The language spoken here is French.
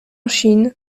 chine